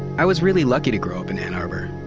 i was really lucky to grow up in ann arbor.